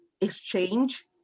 exchange